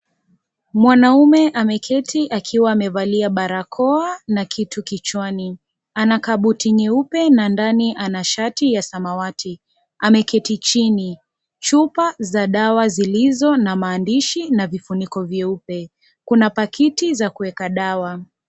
Mwanaume ameketi akiwa amevalia barakoa na kitu kichwani. Ana kabuti nyeupe na ndani ana shati ya samawati, ameketi chini , chupa za dawa zilizo na maandishi na vifuniko vyeupe, kuna pakiti za kuweka dawa.